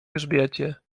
grzbiecie